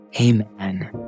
Amen